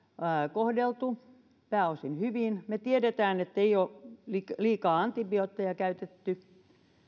kohdeltu pääosin hyvin me tiedämme että ei ole liikaa antibiootteja käytetty